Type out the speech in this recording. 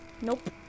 Nope